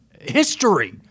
history